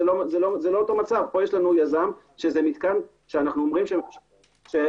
פה יש לנו יזם, שהמתקן הוא שלו.